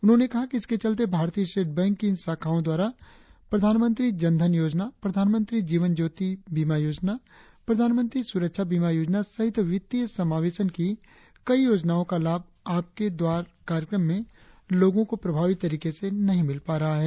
उन्होंने कहा कि इसके चलते भारतीय स्टेट बैंक की इन शाखाओं द्वारा प्रधानमंत्री जनधन योजना प्रधानमंत्री जीवन ज्योति योजना प्रधानमंत्री सुरक्षा बीमा योजना सहित वित्तीय समावेशन की योजनाओं का लाभ सरकार आपके द्वार कार्यक्रम में लोगों को प्रभावी तरीके से नही मिल पा रहा है